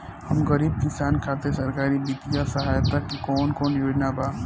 हम गरीब किसान खातिर सरकारी बितिय सहायता के कवन कवन योजना बा?